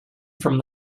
from